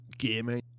gaming